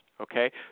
Okay